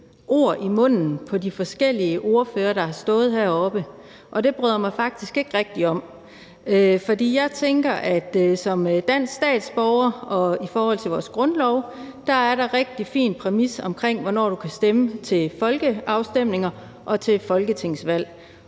ord i munden på de forskellige ordførere, der har stået heroppe, og det bryder jeg mig faktisk ikke rigtig om. Jeg tænker, at for danske statsborgere er der i forhold til vores grundlov en rigtig fin præmis for, hvornår man kan stemme til folkeafstemninger og folketingsvalg.